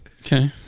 Okay